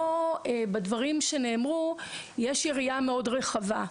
בדברים שנאמרו יש יריעה מאוד רחבה.